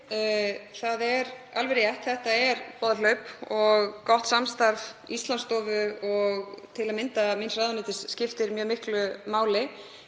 Það er alveg rétt, þetta er boðhlaup. Gott samstarf Íslandsstofu og til að mynda ráðuneytis míns skiptir mjög miklu máli